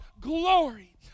glory